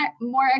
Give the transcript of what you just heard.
more